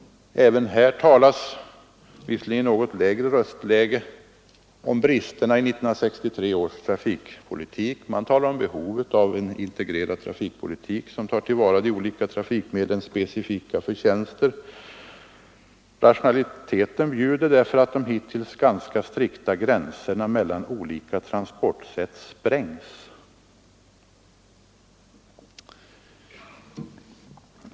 Också här talas — ehuru i något lägre röstläge — om bristerna i 1963 års trafikpolitiska beslut. Man talar om behovet av en integrerad trafikpolitik, som tar till vara de olika trafikmedlens specifika förtjänster, och säger att rationaliteten bjuder att de hittills ganska strikta gränserna mellan olika transportsätt sprängs.